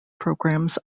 programs